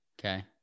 Okay